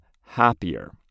happier